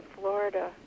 Florida